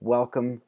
Welcome